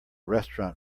restaurant